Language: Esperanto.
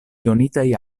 donitaj